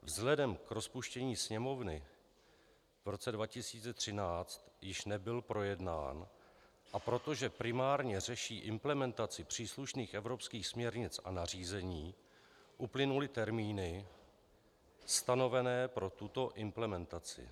Vzhledem k rozpuštění Sněmovny v roce 2013 již nebyl projednán, a protože primárně řeší implementaci příslušných evropských směrnic a nařízení, uplynuly termíny stanovené pro tuto implementaci.